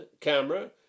camera